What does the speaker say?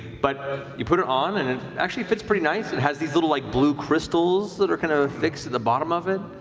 but you put it on and it actually fits pretty nice. it has these little like blue crystals that are kind of affixed to the bottom of it.